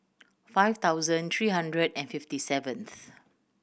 five thousand three hundred and fifty seventh